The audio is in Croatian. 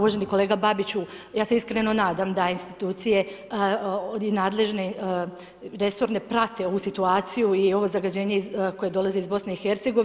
Uvaženi kolega BAbiću, ja se iskreno nadam da institucije nadležne resorne prate ovu situaciju i ovo zagađenje koje dolazi iz BiH.